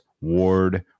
Ward